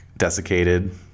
Desiccated